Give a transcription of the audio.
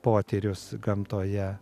potyrius gamtoje